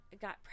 got